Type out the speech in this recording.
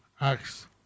acts